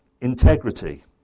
integrity